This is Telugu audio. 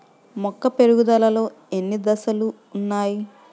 మొక్క పెరుగుదలలో ఎన్ని దశలు వున్నాయి?